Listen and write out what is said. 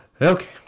Okay